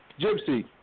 Gypsy